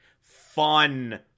fun